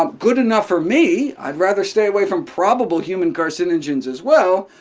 um good enough for me i'd rather stay away from probable human carcinogens as well,